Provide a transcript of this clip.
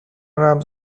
رمز